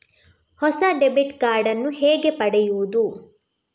ಹೊಸ debit card ನ್ನು ಹೇಗೆ ಪಡೆಯುದು?